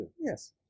Yes